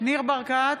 ניר ברקת,